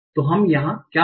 तो हम यहाँ क्या कर रहे हैं